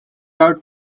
out